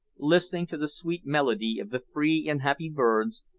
listening to the sweet melody of the free and happy birds,